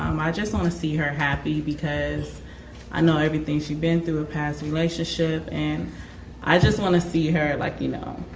um i just want to see her happy because i know everything she been through in her past relationship and i just want to see her like, you know,